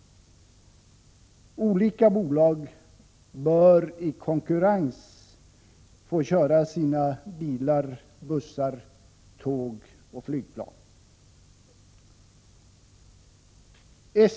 Olika bolag bör i konkurrens få köra sina bilar, bussar, tåg och flygplan.